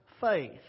faith